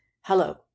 Hello